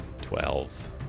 Twelve